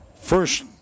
first